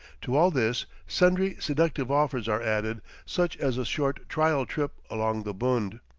to all this, sundry seductive offers are added, such as a short trial trip along the bund.